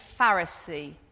Pharisee